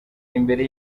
imbere